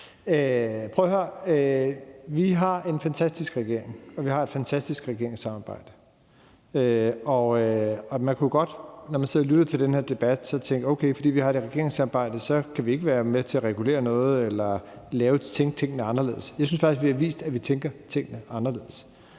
Vi har en fantastisk regering, og vi har et fantastisk regeringssamarbejde. Man kunne godt, når man sidder og lytter til den her debat, tænke, at fordi vi har det her regeringssamarbejde, kan vi ikke være med til at regulere noget eller lave tingene anderledes. Jeg synes faktisk, vi har vist, at vi tænker tingene anderledes.